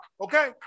Okay